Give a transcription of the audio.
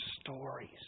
stories